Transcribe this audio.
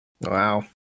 Wow